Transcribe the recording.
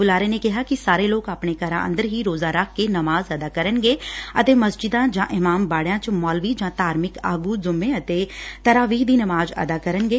ਬੁਲਾਰੇ ਨੇ ਕਿਹਾ ਕਿ ਸਾਰੇ ਲੋਕ ਆਪਣੇ ਘਰਾਂ ਅੰਦਰੱ ਹੀ ਰੋਜ਼ਾ ਰੱਖਕੇ ਨਮਾਜ਼ ਅਦਾ ਕਰਨਗੇ ਅਤੇ ਮਸਜੀਦਾਂ ਜਾਂ ਇਮਾਮ ਬਾੜਿਆਂ ਚ ਮੌਲਵੀ ਜਾਂ ਧਾਰਮਿਕ ਆਗੁ ਜੁਮੇ ਅਤੇ ਤਰਾ ਵੀਹ ਦੀ ਨਮਾਜ਼ ਅਦਾ ਕਰਨਗੇ